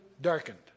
darkened